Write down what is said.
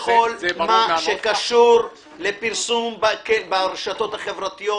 בכל מה שקשור לפרסום ברשתות החברתיות,